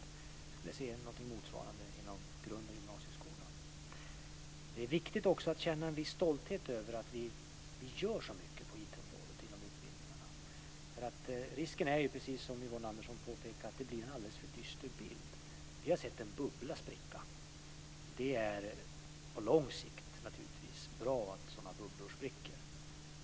Jag skulle vilja se något motsvarande inom grundskolan och gymnasieskolan. Det är viktigt också att känna en viss stolthet över att vi gör så mycket inom utbildningarna på IT området. Risken är annars, precis som Yvonne Andersson påpekar, att det blir en alldeles för dyster bild. Vi har sett en bubbla spricka. Det är naturligtvis på lång sikt bra att sådana bubblor spricker.